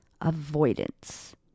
Avoidance